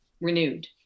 renewed